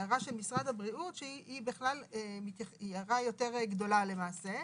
ההערה של משרד הבריאות שהיא הערה יותר גדולה למעשה.